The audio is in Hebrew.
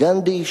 גנדי,